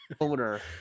owner